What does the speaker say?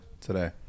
today